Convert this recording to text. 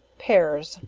pears,